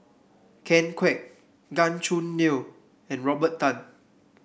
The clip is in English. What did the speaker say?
Ken Kwek Gan Choo Neo and Robert Tan